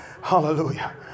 Hallelujah